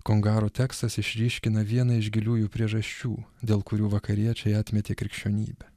kongarų tekstas išryškina vieną iš giliųjų priežasčių dėl kurių vakariečiai atmetė krikščionybę